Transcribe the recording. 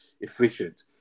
efficient